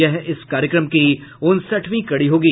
यह इस कार्यक्रम की उनसठवीं कड़ी होगी